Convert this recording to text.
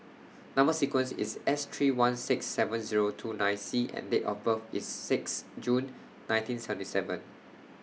Number sequence IS S three one six seven Zero two nine C and Date of birth IS six June nineteen seventy seven